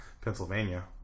Pennsylvania